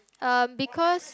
um because